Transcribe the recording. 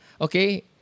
okay